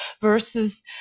versus